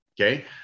Okay